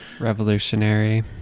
Revolutionary